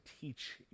teach